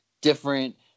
different